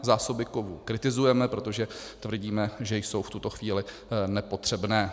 Zásoby kovů kritizujeme, protože tvrdíme, že jsou v tuto chvíli nepotřebné.